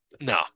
No